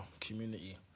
community